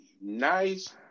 nice